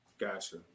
Gotcha